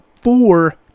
four